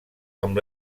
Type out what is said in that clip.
amb